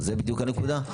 זו הנקודה?